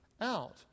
out